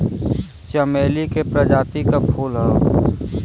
चमेली के प्रजाति क फूल हौ